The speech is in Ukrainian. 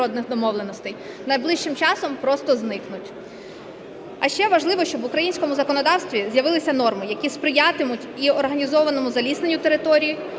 найближчим часом просто зникнуть. А ще важливо, щоб в українському законодавстві з'явилися норми, які сприятимуть і організованому залісненню територій,